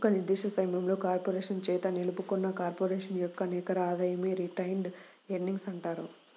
ఒక నిర్దిష్ట సమయంలో కార్పొరేషన్ చేత నిలుపుకున్న కార్పొరేషన్ యొక్క నికర ఆదాయమే రిటైన్డ్ ఎర్నింగ్స్ అంటారు